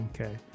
Okay